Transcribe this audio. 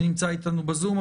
שנמצא אתנו בזום.